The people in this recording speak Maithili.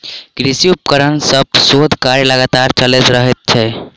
कृषि उपकरण पर शोध कार्य लगातार चलैत रहैत छै